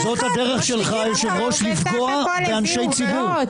זאת הדרך שלך, היושב-ראש, לפגוע באנשי ציבור.